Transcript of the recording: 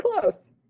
close